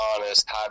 honest